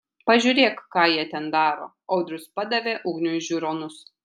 pažiūrėk ką jie ten daro audrius padavė ugniui žiūronus